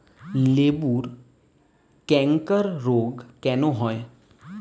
লেবুর ক্যাংকার রোগ কেন হয়?